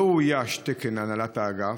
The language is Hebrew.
לא אויש תקן הנהלת האגף,